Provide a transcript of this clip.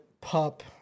Pup